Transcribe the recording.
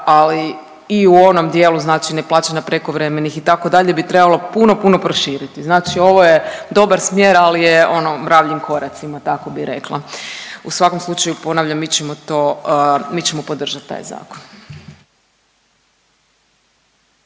ali i u onom dijelu znači neplaćanja prekovremenih itd. bi trebalo puno puno proširiti, znači ovo je dobar smjer, al je ono mravljim koracima, tako bi rekla. U svakom slučaju ponavljam mi ćemo to, mi ćemo podržat taj zakon.